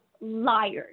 liars